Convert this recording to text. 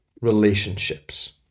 relationships